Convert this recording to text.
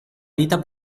vita